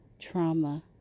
trauma